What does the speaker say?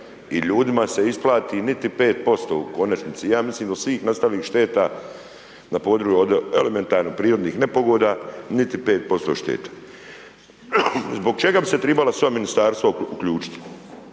i ljudima se isplati niti 5% u konačnici. Ja mislim da svih nastalih šteta .../nerazumljivo/... od elementarnih prirodnih nepogoda, niti 5% šteta. Zbog čega bi se trebala sva ministarstva uključiti?